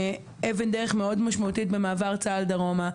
אבן דרך משמעותית מאוד במעבר צה"ל דרומה.